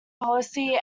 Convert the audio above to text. policy